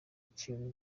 ikintu